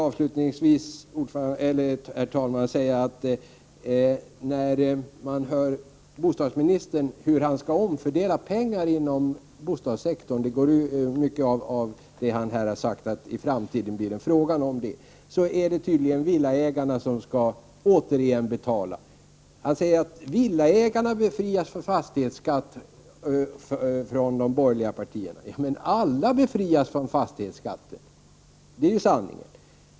Avslutningsvis vill jag säga: Bostadsministern talar om hur pengar skall omfördelas inom bostadssektorn, och han säger att det i framtiden i stor utsträckning blir fråga om detta. Då är det tydligen villaägarna som återigen skall betala. Han säger att villaägarna befrias från fastighetsskatt av de borgerliga partierna. Nej, alla befrias från fastighetsskatt — det är sanningen.